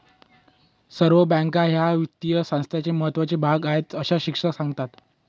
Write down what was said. सर्व बँका या वित्तीय संस्थांचा महत्त्वाचा भाग आहेत, अस शिक्षक सांगतात